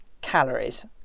calories